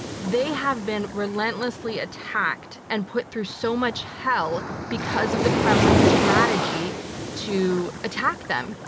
they have been relentlessly attacked and put through so much hell because of the kremlin's strategy to attack them,